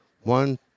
One